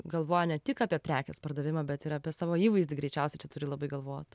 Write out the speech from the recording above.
galvoja ne tik apie prekės pardavimą bet ir apie savo įvaizdį greičiausiai čia turi labai galvot